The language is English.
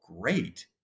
great